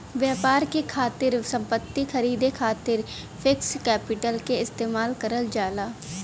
व्यापार के खातिर संपत्ति खरीदे खातिर फिक्स्ड कैपिटल क इस्तेमाल करल जाला